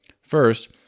First